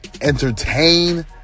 Entertain